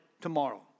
tomorrow